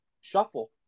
shuffle